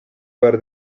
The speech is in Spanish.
par